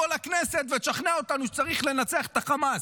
זה כאילו שתבוא לכנסת ותשכנע אותנו שצריך לנצח את החמאס.